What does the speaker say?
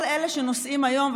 כל אלה שנושאים היום,